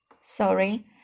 Sorry